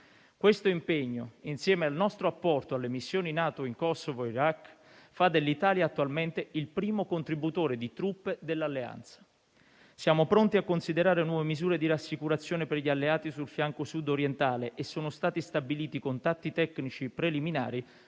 Questo impegno - insieme al nostro apporto alle missioni NATO in Kosovo e Iraq - fa dell'Italia attualmente il primo contributore di truppe dell'Alleanza. Siamo pronti a considerare nuove misure di rassicurazione per gli alleati sul fianco Sud-orientale e sono stati stabiliti contatti tecnici preliminari